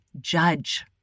judge